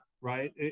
right